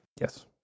Yes